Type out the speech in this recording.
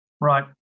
right